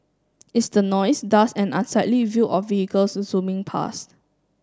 it's the noise dust and unsightly view of vehicles zooming past